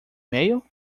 mail